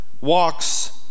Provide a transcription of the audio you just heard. Walks